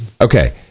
Okay